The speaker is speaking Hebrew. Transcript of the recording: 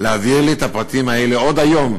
להעביר לי את הפרטים האלה עוד היום,